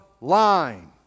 line